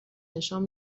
نشان